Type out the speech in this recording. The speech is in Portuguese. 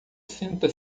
senta